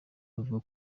avuga